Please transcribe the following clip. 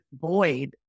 void